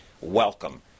Welcome